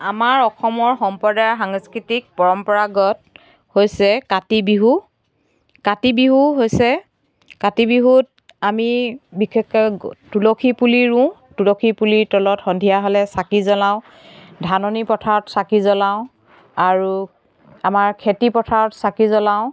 আমাৰ অসমৰ সম্প্ৰদায়ৰ সংস্কৃতিক পৰম্পৰাগত হৈছে কাতি বিহু কাতি বিহু হৈছে কাতি বিহুত আমি বিশেষকৈ তুলসী পুলি ৰুওঁ তুলসী পুলিৰ তলত সন্ধিয়া হ'লে চাকি জ্বলাওঁ ধাননি পথাৰত চাকি জ্বলাওঁ আৰু আমাৰ খেতিপথাৰত চাকি জ্বলাওঁ